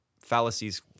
fallacies